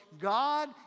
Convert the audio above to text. God